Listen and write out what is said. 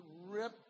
rip